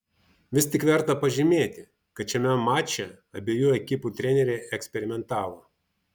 vis tik verta pažymėti kad šiame mače abiejų ekipų treneriai eksperimentavo